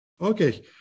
Okay